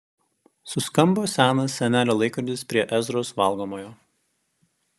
suskambo senas senelio laikrodis prie ezros valgomojo